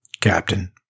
Captain